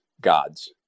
God's